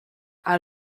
out